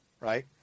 right